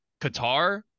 Qatar